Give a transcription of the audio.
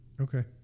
Okay